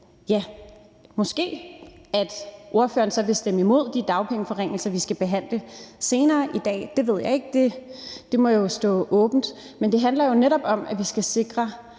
ja, måske – spørgeren så vil stemme imod de dagpengeforringelser, vi skal behandle senere i dag. Det ved jeg ikke. Det må jo stå åbent. Men det handler jo netop om, at vi skal sikre